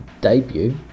Debut